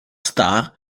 star